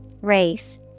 race